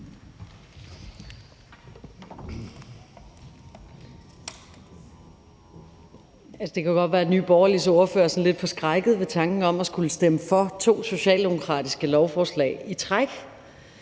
Det kan godt være, at Nye Borgerliges ordfører er sådan lidt forskrækket ved tanken om at skulle stemme for to socialdemokratiske lovforslag i træk.